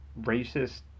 racist